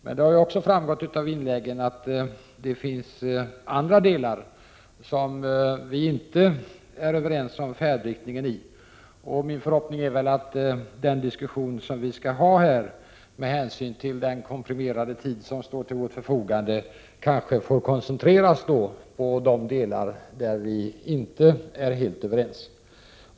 Men det har också framgått att det finns andra delar av trafikpolitiken där vi inte är överens om färdriktningen. Min förhoppning är att den diskussion vi skall föra här, med hänsyn till den komprimerade tid som står till vårt förfogande, koncentreras till de delar där vi inte är helt överens.